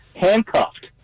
handcuffed